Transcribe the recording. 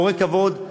מעוררי כבוד,